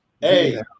Hey